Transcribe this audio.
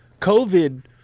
COVID